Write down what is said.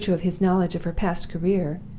in virtue of his knowledge of her past career,